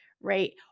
right